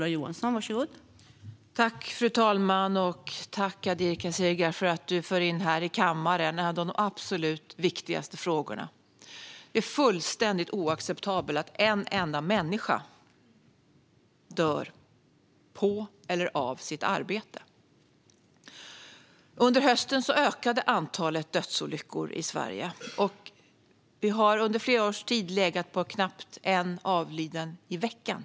Fru talman! Tack, Kadir Kasirga, för att du här i kammaren tar upp en av de absolut viktigaste frågorna! Det är fullständigt oacceptabelt att en enda människa dör på eller av sitt arbete. Under hösten ökade antalet dödsolyckor i Sverige. Vi har under flera års tid legat på knappt en avliden i veckan.